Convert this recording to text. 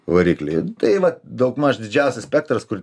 varikliai taip vat daugmaž didžiausias spektras kur